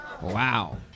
Wow